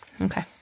Okay